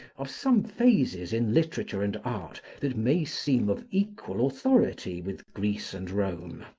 of some phases in literature and art that may seem of equal authority with greece and rome,